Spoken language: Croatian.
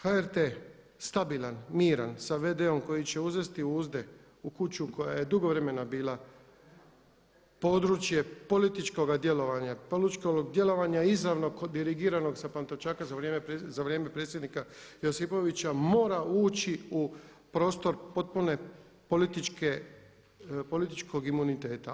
HRT, stabilan, miran sa v.d-om koji će uznesti uzde u kuću koja je dugo vremena bila područje političkoga djelovanja, političkog djelovanja izravno dirigiranog sa Pantovčaka za vrijeme predsjednika Josipovića mora ući u prostor potpune političke, političkog imuniteta.